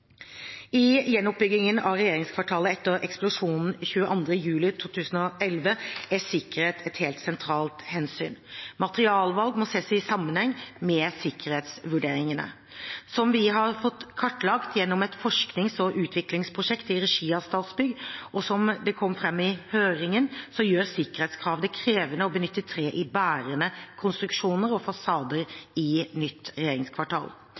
I gjenoppbyggingen av regjeringskvartalet etter eksplosjonen 22. juli 2011 er sikkerhet et helt sentralt hensyn. Materialvalg må ses i sammenheng med sikkerhetsvurderingene. Som vi har fått kartlagt gjennom et forsknings- og utviklingsprosjekt i regi av Statsbygg, og som det kom fram i høringen, gjør sikkerhetskravene det krevende å benytte tre i bærende konstruksjoner og fasader i et nytt regjeringskvartal,